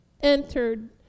entered